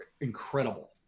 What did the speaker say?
incredible